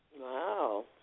wow